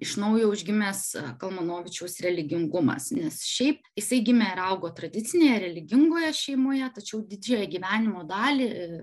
iš naujo užgimęs kalmanovičiaus religingumas nes šiaip jisai gimė ir augo tradicinėje religingoje šeimoje tačiau didžiąją gyvenimo dalį